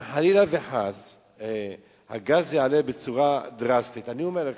אם חלילה וחס הגז יעלה בצורה דרסטית, אני אומר לך,